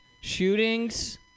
shootings